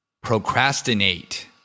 Procrastinate